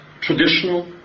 traditional